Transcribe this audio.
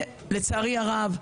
לצערי הרב,